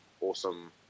awesome